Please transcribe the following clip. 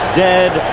dead